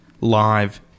live